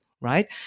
Right